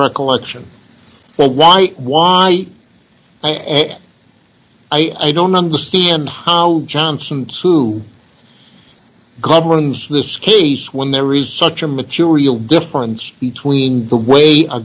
recollection but why why i don't understand how johnson who governs this case when there is such a material difference between the way a